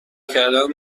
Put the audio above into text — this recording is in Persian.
کردن